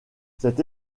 cette